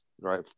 right